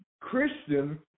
Christian